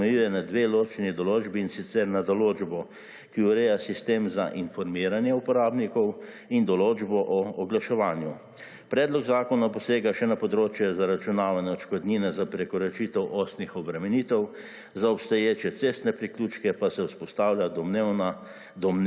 razmejuje na dve ločeni določbi in sicer na določbo, ki ureja sistem za informiranje uporabnikov in določbo o oglaševanju. Predlog zakona posega še na področje zaračunavanja odškodnine za prekoračitev osnih obremenitev, za obstoječe cestne priključke pa se vzpostavlja domneva